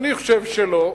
אני חושב שלא.